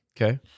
Okay